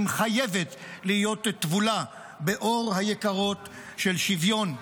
חייבת להיות "טבולה באור היקרות של שוויון",